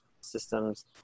systems